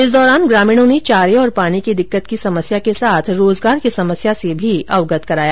इस दौरान ग्रामीणों ने चारे और पानी की दिक्कत की समस्या के साथ रोजगार की समस्या से भी अवगत कराया